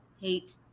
hate